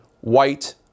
White